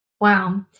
Wow